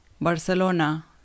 Barcelona